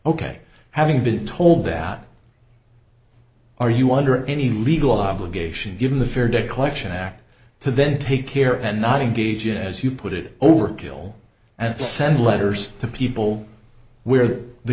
ok having been told that are you under any legal obligation given the fair debt collection act to then take care and not engage in as you put it overkill and send letters to people where the